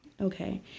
Okay